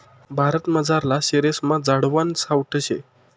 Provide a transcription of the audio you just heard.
भारतमझारला शेरेस्मा झाडवान सावठं शे